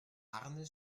arne